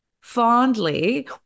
fondly